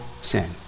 sin